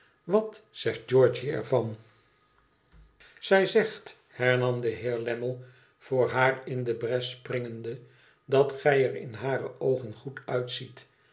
wat zegt georgië er van zij zegt hernam de heer lammie voor haar in de bres springende dat j er m hare oogen goed uitziet